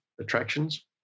Attractions